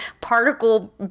particle